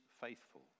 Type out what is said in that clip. faithful